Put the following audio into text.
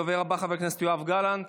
הדובר הבא, חבר הכנסת יואב גלנט,